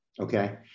Okay